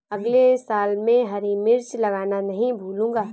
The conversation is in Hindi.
अगले साल मैं हरी मिर्च लगाना नही भूलूंगा